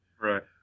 Right